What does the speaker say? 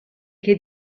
che